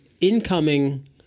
incoming